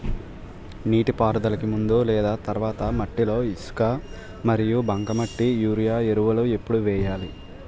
నీటిపారుదలకి ముందు లేదా తర్వాత మట్టిలో ఇసుక మరియు బంకమట్టి యూరియా ఎరువులు ఎప్పుడు వేయాలి?